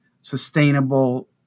sustainable